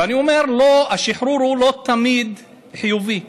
ואני אומר: השחרור הוא לא תמיד חיובי.